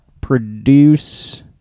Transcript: produce